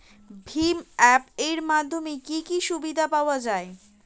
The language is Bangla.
ভিম অ্যাপ এর মাধ্যমে কি কি সুবিধা পাওয়া যায়?